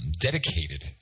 dedicated